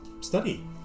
study